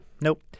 Nope